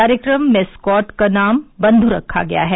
कार्यक्रम मेस्कॉट का नाम बन्धु रखा गया है